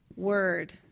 word